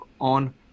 on